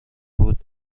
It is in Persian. بود